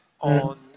on